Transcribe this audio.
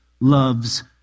loves